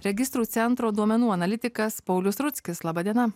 registrų centro duomenų analitikas paulius rudzkis laba diena